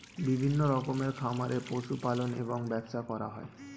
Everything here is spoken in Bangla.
বিভিন্ন রকমের খামারে পশু পালন এবং ব্যবসা করা হয়